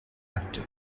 acted